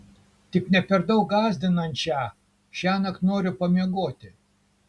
tik ne per daug gąsdinančią šiąnakt noriu pamiegoti